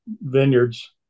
vineyards